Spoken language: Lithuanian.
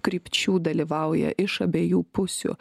krypčių dalyvauja iš abiejų pusių